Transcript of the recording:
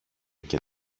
και